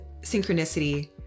synchronicity